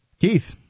Keith